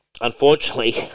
Unfortunately